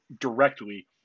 directly